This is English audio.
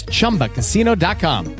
ChumbaCasino.com